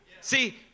See